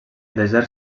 desert